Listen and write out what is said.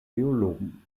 geologen